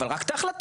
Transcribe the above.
אבל רק את ההחלטה,